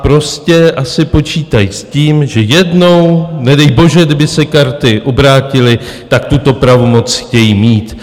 Prostě asi počítají s tím, že jednou, nedej bože, kdyby se karty obrátily, tak tuto pravomoc chtějí mít.